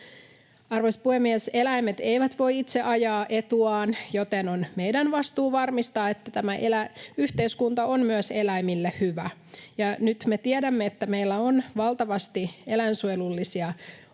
Arvoisa puhemies! Eläimet eivät voi itse ajaa etuaan, joten on meidän vastuu varmistaa, että tämä yhteiskunta on myös eläimille hyvä. Nyt me tiedämme, että meillä on valtavasti eläinsuojelullisia